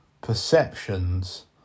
perceptions